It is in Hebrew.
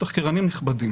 תחקירנים נכבדים